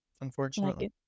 Unfortunately